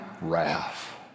wrath